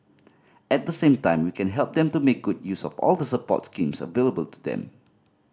at the same time we can help them to make good use of all the support schemes available to them